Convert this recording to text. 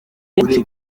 benshi